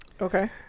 Okay